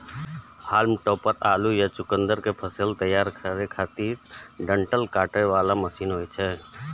हाल्म topper आलू या चुकुंदर के फसल तैयार करै खातिर डंठल काटे बला मशीन होइ छै